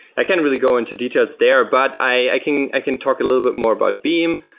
i can't really go into details there, but i can i can talk a little bit more about beam.